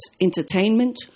entertainment